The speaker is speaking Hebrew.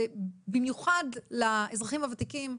במיוחד לאזרחים הוותיקים,